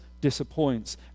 disappoints